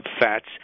fats